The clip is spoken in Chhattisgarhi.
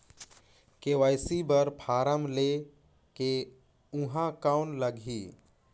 के.वाई.सी बर फारम ले के ऊहां कौन लगही?